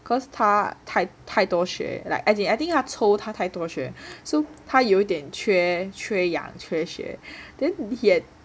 cause 她太太多血 like as in I think 他抽他太多血 so 他有点缺缺氧缺血 then yet